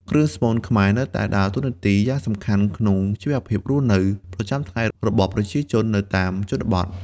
គ្រឿងស្មូនខ្មែរនៅតែដើរតួនាទីយ៉ាងសំខាន់ក្នុង ជីវភាពរស់នៅ ប្រចាំថ្ងៃរបស់ប្រជាជននៅតាមជនបទ។